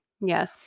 Yes